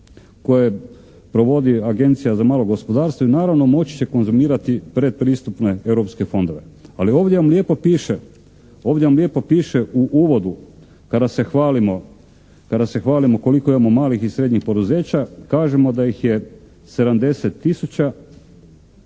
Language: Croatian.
koje provodi Agencija za malo gospodarstvo i naravno moći će konzumirati pretpristupne europske fondove. Ali ovdje vam lijepo piše u uvodu kada se hvalimo koliko imamo malih i srednjih poduzeća, kažemo da ih je 70 tisuća